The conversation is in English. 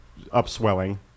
upswelling